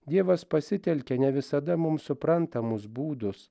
dievas pasitelkia ne visada mum suprantamus būdus